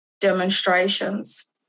demonstrations